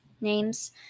Names